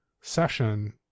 session